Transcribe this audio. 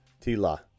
Tila